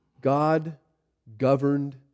God-governed